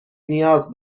نیاز